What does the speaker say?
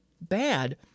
bad